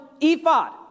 ephod